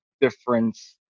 difference